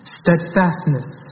steadfastness